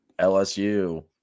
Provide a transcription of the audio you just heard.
LSU